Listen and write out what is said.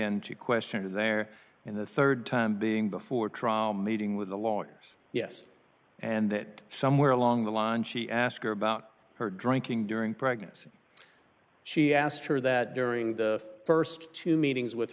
she questioned there in the rd time being before trial meeting with the lawyers yes and that somewhere along the line she asked her about her drinking during pregnancy she asked her that during the st two meetings with